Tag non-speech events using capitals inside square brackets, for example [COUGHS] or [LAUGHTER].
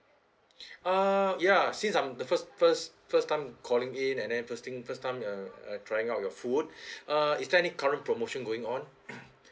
[BREATH] uh ya since I'm the first first first time calling in and then first thing first time uh I trying out your food [BREATH] uh is there any current promotion going on [COUGHS]